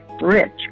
rich